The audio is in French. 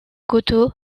coteau